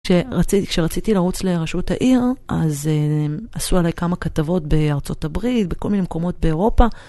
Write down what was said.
כשרציתי לרוץ לראשות העיר, אז עשו עליי כמה כתבות בארצות הברית, בכל מיני מקומות באירופה.